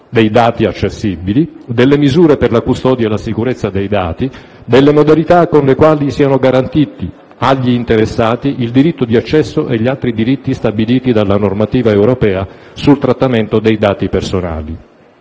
dei dati accessibili; delle misure per la custodia e la sicurezza dei dati; delle modalità con le quali siano garantiti agli interessati il diritto di accesso e gli altri diritti stabiliti dalla normativa europea sul trattamento dei dati personali.